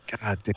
God